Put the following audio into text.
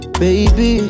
baby